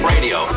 Radio